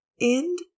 End